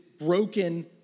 broken